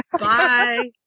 Bye